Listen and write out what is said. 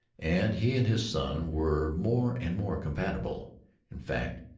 and he and his son were more and more companionable in fact,